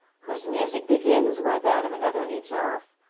whose music begins where that of another leaves off,